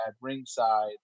ringside